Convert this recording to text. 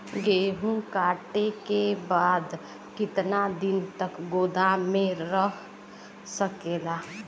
गेहूँ कांटे के बाद कितना दिन तक गोदाम में रह सकेला?